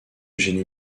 génie